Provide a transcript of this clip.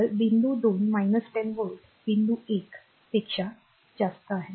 तर बिंदू 2 10 व्होल्ट बिंदू 1 aboveवरील आहे